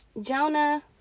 jonah